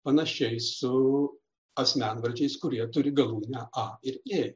panašiai su asmenvardžiais kurie turi galūnę a ir ė